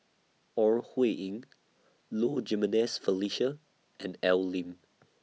Ore Huiying Low Jimenez Felicia and Al Lim